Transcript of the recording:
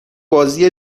بازی